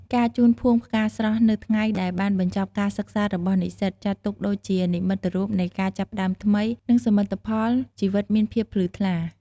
ការជូនភួងផ្កាស្រស់នៅ ថ្ងៃដែលបានបញ្ចប់ការសិក្សារបស់និស្សិត ចាត់ទុកដូចជានិមិត្តរូបនៃការចាប់ផ្តើមថ្មី និងសមិទ្ធផលជីវិតមានភាពភ្លឺស្វាង។